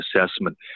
assessment